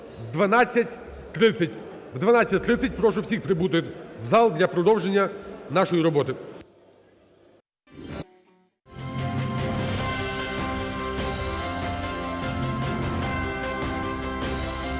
О 12:30 прошу всіх прибути в зал для продовження нашої роботи.